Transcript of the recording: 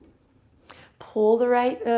pull the right